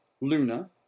Luna